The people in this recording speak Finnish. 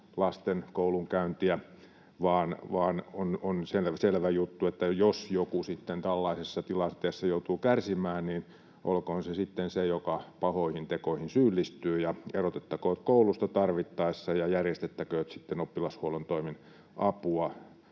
lasten koulunkäyntiä, vaan on selvä juttu, että jos joku sitten tällaisessa tilanteessa joutuu kärsimään, niin olkoon se sitten se, joka pahoihin tekoihin syyllistyy, ja erotettakoon koulusta tarvittaessa ja järjestettäköön sitten oppilashuollon toimin apua